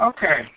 Okay